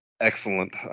excellent